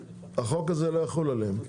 החוק הזה לא יחול עליהם,